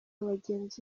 bagenzi